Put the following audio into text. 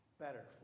better